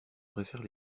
préfère